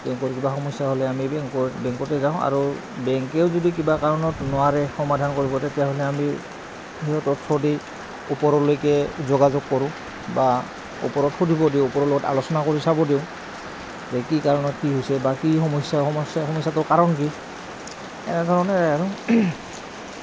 বেংকৰ কিবা সমস্যা হ'লে আমি বেংকৰ বেংকতে যাওঁ আৰু বেংকেও যদি কিবা কাৰণত নোৱাৰে সমাধান কৰিব তেতিয়াহ'লে আমি সিহঁতৰ থ্ৰৱেদি ওপৰলৈকে যোগাযোগ কৰোঁ বা ওপৰত সুধিব দিওঁ ওপৰ লগত আলোচনা কৰি চাব দিওঁ যে কি কাৰণত কি হৈছে বা কি সমস্যা সমস্যা সমস্যাটো কাৰণ কি এনেধৰণে আৰু